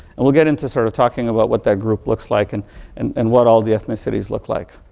and we'll get into sort of talking about what that group looks like and and and what all the ethnicities look like.